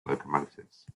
locomotives